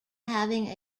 having